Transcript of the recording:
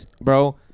Bro